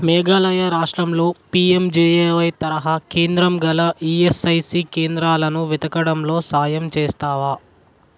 మేఘాలయ రాష్ట్రంలో పీఎంజేఏవై తరహా కేంద్రం గల ఈఎస్ఐసీ కేంద్రాలను వెతకడంలో సాయం చేస్తావా